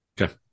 okay